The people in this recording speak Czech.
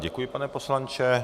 Děkuji, pane poslanče.